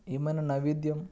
ఏమైనా నైవేద్యం